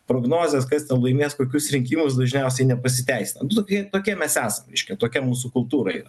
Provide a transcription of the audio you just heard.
prognozės kas ten laimės kokius rinkimus dažniausiai nepasiteisina atlupyje tokie mes esam reiškia tokia mūsų kultūra yra